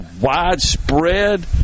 widespread